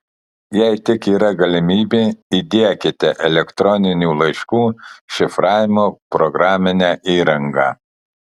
jei tik yra galimybė įdiekite elektroninių laiškų šifravimo programinę įrangą